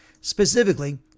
specifically